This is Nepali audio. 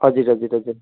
हजुर हजुर हजुर